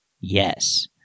Yes